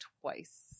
twice